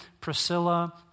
Priscilla